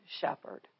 shepherd